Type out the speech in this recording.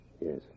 yes